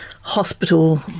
hospital